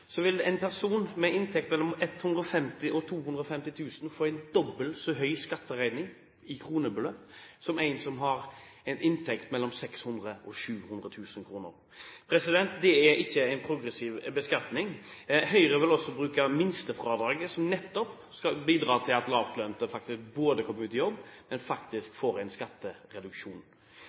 en person med inntekt mellom 150 000 og 250 000 kr vil få en dobbelt så høy skatteregning i kronebeløp som en som har en inntekt mellom 600 000 og 700 000 kr. Det er ikke en progressiv beskatning. Høyre vil bruke minstefradraget, som nettopp skal bidra til at lavtlønte både kommer ut i jobb og faktisk får en skattereduksjon.